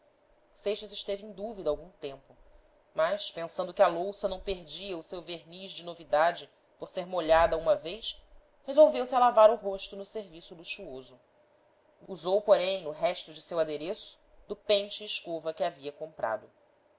seixas esteve em dúvida algum tempo mas pensando que a louça não perdia o seu verniz de novidade por ser molhada uma vez resolveu-se a lavar o rosto no serviço luxuoso usou porém no resto de seu adereço do pente e escova que havia comprado